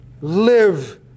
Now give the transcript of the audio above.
live